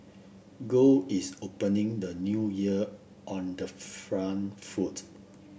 gold is opening the New Year on the front foot